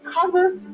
cover